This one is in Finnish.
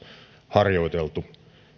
harjoiteltu